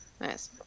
Nice